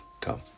come